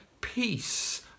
peace